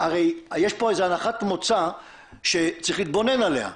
הרי יש פה איזו הנחת מוצא שצריך להתבונן עליה.